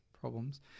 problems